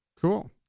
Cool